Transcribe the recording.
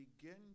begin